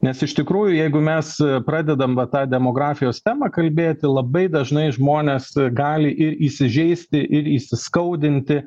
nes iš tikrųjų jeigu mes pradedam va tą demografijos temą kalbėti labai dažnai žmonės gali ir įsižeisti ir įsiskaudinti